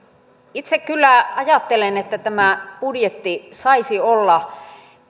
itse kyllä ajattelen että tämä budjetti saisi olla